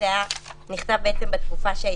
שאלת על ההגדרה או על